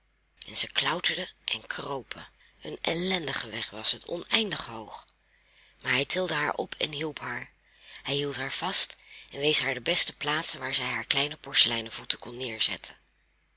en zij klauterden en kropen een ellendige weg was het oneindig hoog maar hij tilde haar op en hielp haar hij hield haar vast en wees haar de beste plaatsen waar zij haar kleine porseleinen voeten kon neerzetten